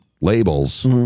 labels